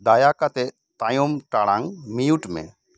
ᱫᱟᱭᱟ ᱠᱟᱛᱮᱜ ᱛᱟᱭᱚᱢ ᱴᱟᱲᱟᱝ ᱢᱤᱭᱩᱴ ᱢᱮ